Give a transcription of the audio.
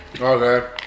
Okay